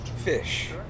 Fish